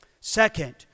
second